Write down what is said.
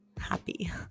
happy